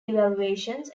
evaluations